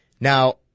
Now